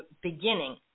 beginning